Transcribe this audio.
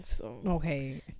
Okay